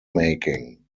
making